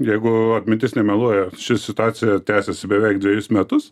jeigu atmintis nemeluoja ši situacija tęsiasi beveik dvejus metus